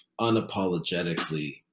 unapologetically